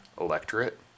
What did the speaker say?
electorate